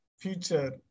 future